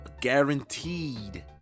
guaranteed